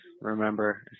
Remember